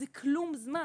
זה כלום זמן.